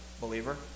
believer